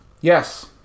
Yes